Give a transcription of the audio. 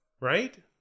right